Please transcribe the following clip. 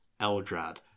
Eldrad